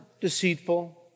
deceitful